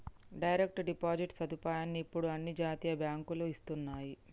direct deposit సదుపాయాన్ని ఇప్పుడు అన్ని జాతీయ బ్యేంకులూ ఇస్తన్నయ్యి